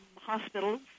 hospitals